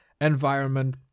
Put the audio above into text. environment